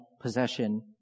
possession